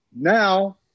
Now